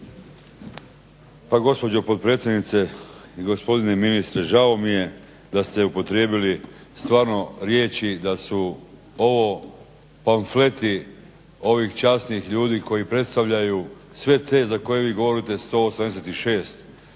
Pa gospođo potpredsjednice i gospodine ministre žao mi je da ste upotrijebili stvarno riječi da su ovo konfeti ovih časnih ljudi koji predstavljaju sve te za koje vi govorite 186.